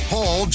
Paul